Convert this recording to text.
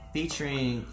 Featuring